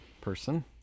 person